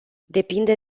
depinde